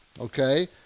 okay